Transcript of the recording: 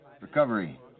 Recovery